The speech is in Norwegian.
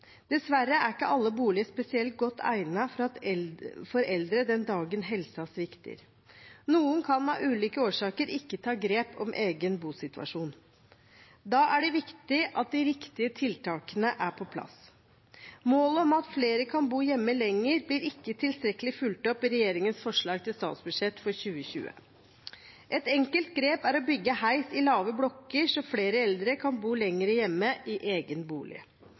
Dessverre er ikke alle boliger spesielt godt egnet for eldre den dagen helsen svikter. Noen kan av ulike årsaker ikke ta grep om egen bosituasjon. Da er det viktig at de riktige tiltakene er på plass. Målet om at flere kan bo hjemme lenger, blir ikke tilstrekkelig fulgt opp i regjeringens forslag til statsbudsjett for 2020. Et enkelt grep er å bygge heis i lave blokker, slik at flere eldre kan bo lenger hjemme i egen bolig.